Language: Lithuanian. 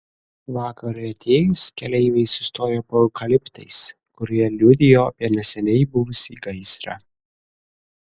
vakarui atėjus keleiviai sustojo po eukaliptais kurie liudijo apie neseniai buvusį gaisrą